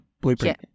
Blueprint